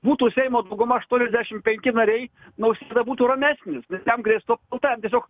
būtų seimo dauguma aštuoniasdešim penki nariai nausėda būtų ramesnis nes jam grėstų apkalta ir tiesiog